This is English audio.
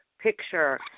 picture